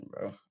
bro